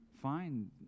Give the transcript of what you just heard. find